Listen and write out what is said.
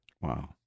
Wow